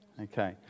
Okay